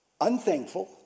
unthankful